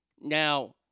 Now